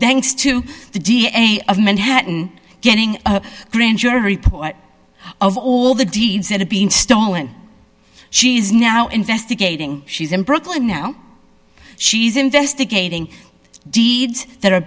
thanks to the d a of manhattan getting a grand jury of all the deeds that have been stolen she is now investigating she's in brooklyn now she's investigating deeds that are